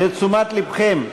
לתשומת לבכם,